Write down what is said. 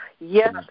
Yes